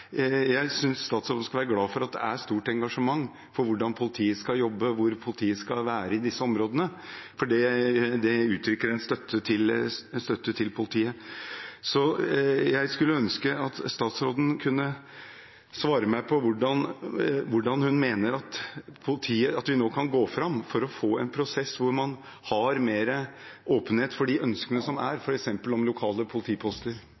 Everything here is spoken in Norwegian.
Jeg synes statsråden skal være glad for at det er stort engasjement for hvordan politiet skal jobbe, og hvor politiet skal være i disse områdene, for det uttrykker en støtte til politiet. Så jeg skulle ønske at statsråden kunne svare meg på hvordan hun mener at vi nå kan gå fram for å få en prosess hvor man har mer åpenhet for de ønskene som er, f.eks. om lokale politiposter.